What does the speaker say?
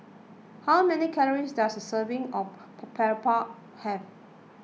how many calories does a serving of Boribap have